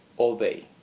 obey